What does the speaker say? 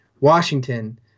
Washington